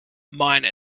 mine